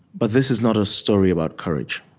but this is not a story about courage